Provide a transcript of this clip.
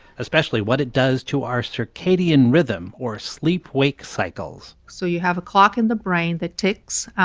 especially what it does to our circadian rhythm or sleep-wake cycles so you have a clock in the brain that ticks,